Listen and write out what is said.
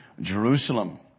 Jerusalem